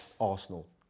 Arsenal